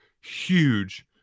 huge